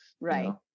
Right